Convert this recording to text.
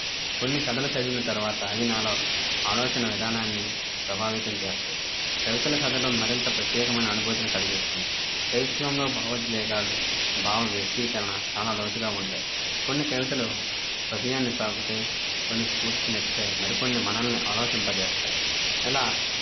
కొన్ని కథల చదివిన తర్వాత అవి నాాలో ఆలోచన విధానాన్ని ప్రభావితం చేస్తాయ్ కవితల చదవడం మరింత ప్రత్యేకమైన అనుభూతిని కలిగిస్తుంది కవిత్వంలో భావోద్వేగాలు భావ వ్యక్తీకరణ చాలా లోతుగా ఉంటాయి కొన్ని కవితలు హృదయాన్ని తాకుతాయి కొన్ని స్ఫూర్తినిస్తాయి మరికొన్ని మనల్ని ఆలోచింప చేస్తాయి ఇలా